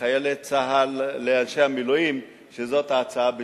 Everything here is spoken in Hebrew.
לחיילי צה"ל, לאנשי המילואים, שזאת ההצעה בשבילם.